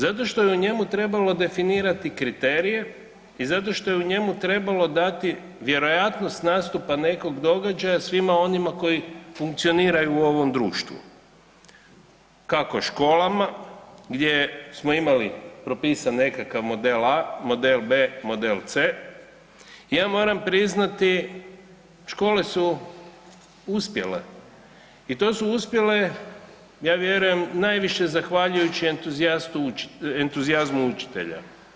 Zato što je u njemu trebalo definirati kriterije i zato što je u njemu trebalo dati vjerojatnost nastupa nekog događaja svima onima koji funkcioniraju u ovom društvu, kako školama gdje smo imali propisani nekakav model A, model B, model C. Ja moram priznati škole su uspjele i to su uspjele ja vjerujem najviše zahvaljujući entuzijazmu učitelja.